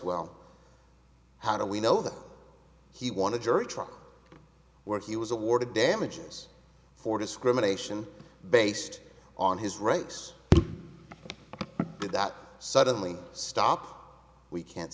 well how do we know that he want to jury trial where he was awarded damages for discrimination based on his rights that suddenly stop we can't